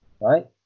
right